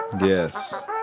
Yes